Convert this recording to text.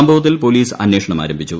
സംഭവത്തിൽ പോലീസ് അന്വേഷണം ആരംഭിച്ചു